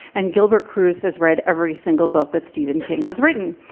and gilbert cruz has read every single book that stephen king has written,